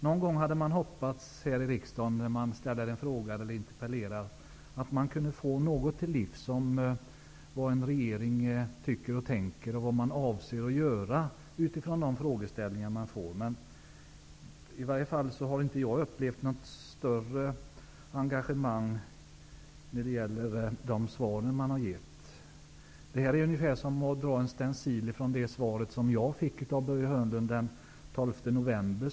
Jag hade hoppats att man någon gång, då man ställer en fråga eller interpellerar här i riksdagen, kunde få något till livs om vad regeringen tycker och tänker och vad den avser att göra. Jag har i varje fall inte upplevt något större engagemang i svaren man givit. Det här svaret kunde ha varit avstencilerat från det svar jag fick av Börje Hörnlund den 12 november.